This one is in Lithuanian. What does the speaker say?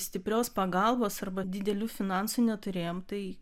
stiprios pagalbos arba didelių finansų neturėjom tai